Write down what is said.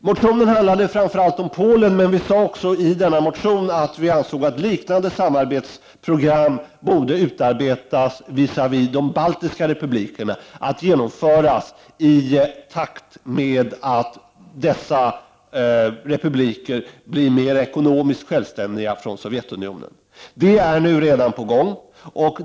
Motionen handlar framför allt om Polen, men vi sade också i denna motion att liknande samarbetsprogram borde utarbetas visavi de baltiska republikerna och genomföras i takt med att dessa republiker blir mer ekonomiskt självständiga från Sovjetunionen. Det är redan på gång.